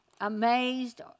amazed